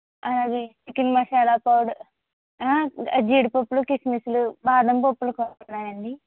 అది chicken masala powder జీడిపప్పులు కిస్మిస్సులు బాదంపప్పులు కూడా ఉన్నాయండి